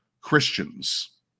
Christians